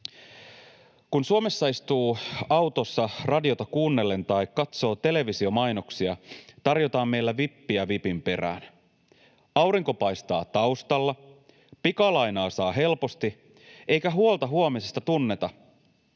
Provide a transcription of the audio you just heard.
Kun Suomessa istuu autossa radiota kuunnellen tai katsoo televisiomainoksia, tarjotaan meillä vippiä vipin perään. Aurinko paistaa taustalla, pikalainaa saa helposti, eikä huolta huomisesta tunneta.